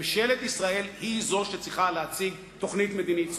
ממשלת ישראל היא שצריכה להציג תוכנית מדינית סוף-סוף.